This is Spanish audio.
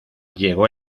llegó